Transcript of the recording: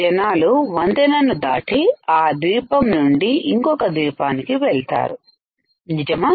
జనాలు వంతెనను దాటి ఆ ద్వీపం నుండి ఇంకొక ద్వీపానికి వెళ్తారు నిజమా